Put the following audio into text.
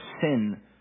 sin